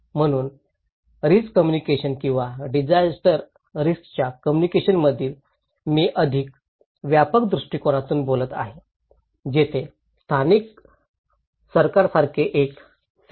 म्हणून रिस्क कम्युनिकेशनत किंवा डिजास्टर रिस्कच्या कम्युनिकेशन मधील मी अधिक व्यापक दृष्टीकोनातून बोलत आहे तेथे स्थानिक सरकारसारखे एक सेण्डर असावे